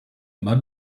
mud